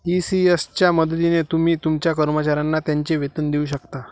ECS च्या मदतीने तुम्ही तुमच्या कर्मचाऱ्यांना त्यांचे वेतन देऊ शकता